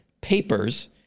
papers